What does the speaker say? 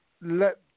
let